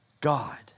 God